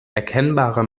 erkennbare